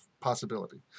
possibility